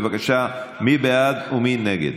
בבקשה, מי בעד ומי נגד?